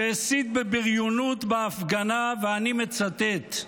שהסית בבריונות בהפגנה, ואני מצטט: